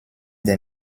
der